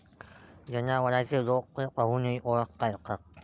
जनावरांचे रोग ते पाहूनही ओळखता येतात